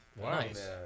Nice